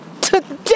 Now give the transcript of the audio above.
today